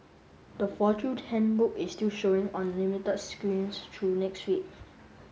the Fortune Handbook is still showing on limited screens through next week